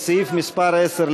סעיף תקציבי 10,